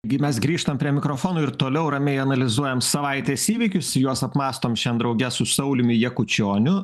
gi mes grįžtam prie mikrofono ir toliau ramiai analizuojam savaitės įvykius į juos apmąstom šiandien drauge su sauliumi jakučioniu